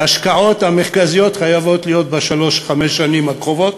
וההשקעות המרכזיות חייבות להיות בשלוש חמש השנים הקרובות,